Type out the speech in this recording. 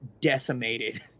decimated